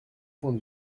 points